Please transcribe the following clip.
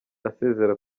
asezera